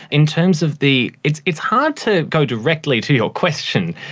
in terms of the, it's it's hard to go directly to your question,